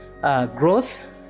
growth